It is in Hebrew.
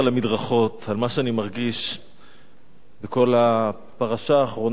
על מה שאני מרגיש בכל הפרשה האחרונה שעלתה לנו,